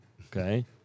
Okay